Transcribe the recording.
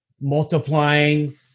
multiplying